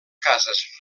cases